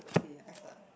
okay I start